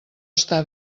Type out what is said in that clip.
està